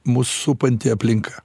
mus supanti aplinka